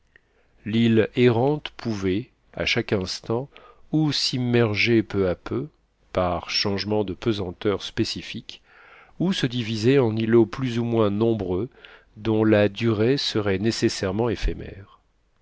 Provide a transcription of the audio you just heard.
l'île errante pouvait à chaque instant ou s'immerger peu à peu par changement de pesanteur spécifique ou se diviser en îlots plus ou moins nombreux dont la durée serait nécessairement éphémère